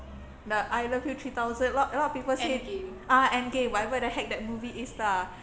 the I love you three thousand a lot a lot of people say ah end game whatever the heck that movie is lah